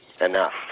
Enough